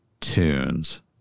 tunes